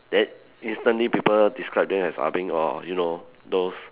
that instantly people describe them as ah-beng or you know those